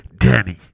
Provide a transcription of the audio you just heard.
Danny